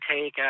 take